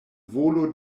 volo